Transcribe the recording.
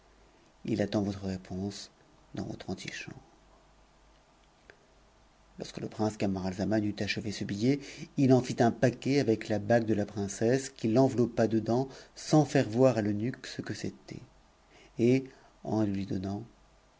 h attend votre réponse dans votre amichambre lorsque le prince camaralzaman eut achevé ce billet il en fit un p quet avec la bague de la princesse qu'il enveloppa dedans sans iiun voir à l'eunuque ce que c'était et en le lui donnant